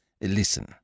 Listen